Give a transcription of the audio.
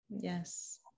Yes